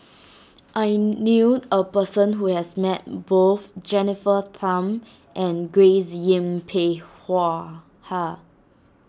I knew a person who has met both Jennifer Tham and Grace Yin Peck Hua Ha